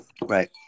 right